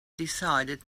decided